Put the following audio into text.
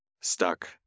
stuck